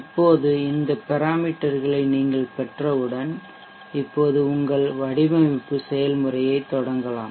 இப்போது இந்த பெராமீட்டர்களை நீங்கள் பெற்றவுடன் இப்போது உங்கள் வடிவமைப்பு செயல்முறையைத் தொடங்கலாம்